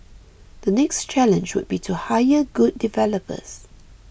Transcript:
the next challenge would be to hire good developers